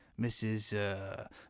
Mrs